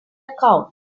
account